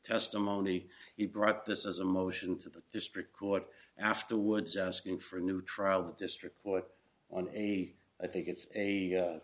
testimony he brought this is a motion to the district court after woods asking for a new trial the district boy on a i think it's a